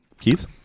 Keith